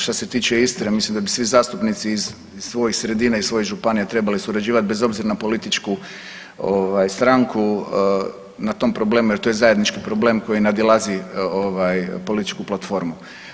Što se tiče Istre ja mislim da bi svi zastupnici iz svojih sredina, iz svojih županija trebali surađivati bez obzira na političku ovaj stranku na tom problemu jer to je zajednički problem koji nadilazi ovaj političku platformu.